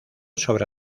sobre